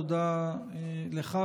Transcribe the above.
תודה לך,